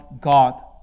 God